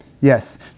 Yes